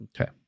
Okay